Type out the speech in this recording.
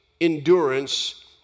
endurance